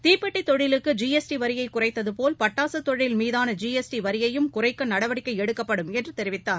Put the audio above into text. தீப்பெட்டி தொழிலுக்கு ஜிஎஸ்டி வரியை குறைத்ததபோல் பட்டாசுத் தொழில் மீதான ஜிஎஸ்டி வரியையும் குறைக்க நடவடிக்கை எடுக்கப்படும் என்று அவர் தெரிவித்தார்